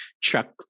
chuck